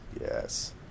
Yes